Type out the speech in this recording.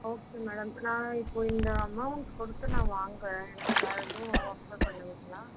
okay madam நான் இப்போ இந்த அமௌன்ட் கொடுத்து நான் வாங்கறேன் எனக்கு வேறு எதுவும் ஆஃபர் பண்ணுவீங்களா